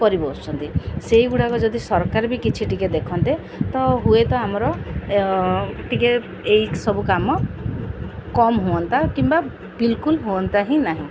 କରି ବସୁଛନ୍ତି ସେଇଗୁଡ଼ାକ ଯଦି ସରକାର ବି କିଛି ଟିକେ ଦେଖନ୍ତେ ତ ହୁଏ ତ ଆମର ଟିକେ ଏଇ ସବୁ କାମ କମ୍ ହୁଅନ୍ତା କିମ୍ବା ବିଲ୍କୁଲ୍ ହୁଅନ୍ତା ହିଁ ନାହିଁ